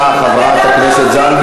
מה עמדת הממשלה?